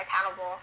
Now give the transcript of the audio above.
accountable